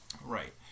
Right